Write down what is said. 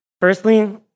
Firstly